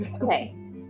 okay